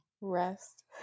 Rest